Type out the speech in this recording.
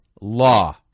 law